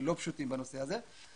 לא פשוטים בנושא הזה.